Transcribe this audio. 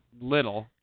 little